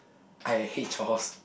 I hate chores